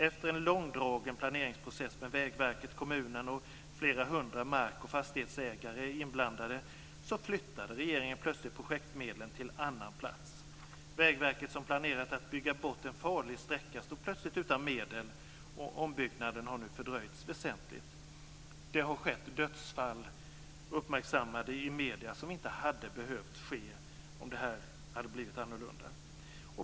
Efter en långdragen planeringsprocess med Vägverket, kommunen och flera hundra mark och fastighetsägare inblandade, flyttade regeringen plötsligt projektmedlen till en annan plats. Vägverket, som planerat att bygga bort en farlig sträcka, stod plötsligt utan medel, och ombyggnaden har nu fördröjts väsentligt. Det har skett dödsfall uppmärksammade i medierna som inte hade behövt ske om det här hade blivit annorlunda.